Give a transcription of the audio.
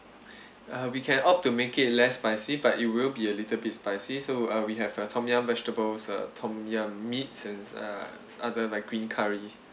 uh we can opt to make it less spicy but it will be a little bit spicy so uh we have uh tom yum vegetables uh tom yum meats and uh other like green curry